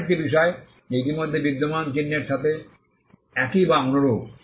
এমন একটি বিষয় যা ইতিমধ্যে বিদ্যমান চিহ্নের সাথে একই বা অনুরূপ